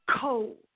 cold